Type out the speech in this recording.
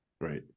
right